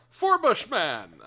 Forbushman